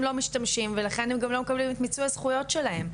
לא משתמשים ולכן הם גם לא מקבלים את מיצוי הזכויות שלהם,